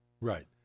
Right